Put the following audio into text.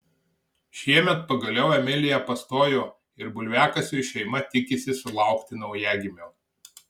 šiemet pagaliau emilija pastojo ir bulviakasiui šeima tikisi sulaukti naujagimio